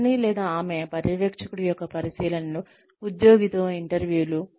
అతని లేదా ఆమె పర్యవేక్షకుడి యొక్క పరిశీలనలు ఉద్యోగితో ఇంటర్వ్యూలు